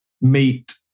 meet